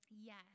Yes